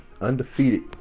undefeated